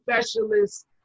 specialists